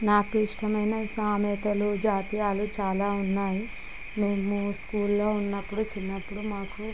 నాకు ఇష్టమైన సామెతలు జాతీయాలు చాలా ఉన్నాయి మేము స్కూల్లో ఉన్నప్పుడు చిన్నప్పుడు మాకు